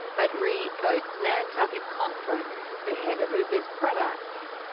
at re code's nantucket conference, the head of uber's products,